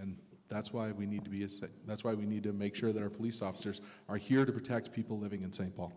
and that's why we need to be is that that's why we need to make sure that our police officers are here to protect people living in st paul